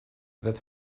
that